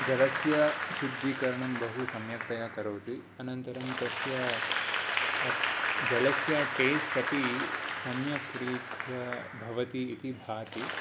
जलस्य शुद्धीकरणं बहु सम्यक्तया करोति अनन्तरं तस्य अट् जलस्य टेस्ट् अपि सम्यक् रीत्या भवति इति भाति